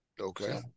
Okay